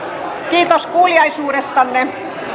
kiitos kuuliaisuudestanne